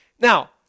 Now